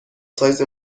سایز